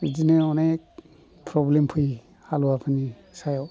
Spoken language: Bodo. बिदिनो अनेक प्रब्लेम फैयो हालुवाफोरनि सायाव